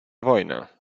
wojnę